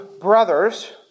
brothers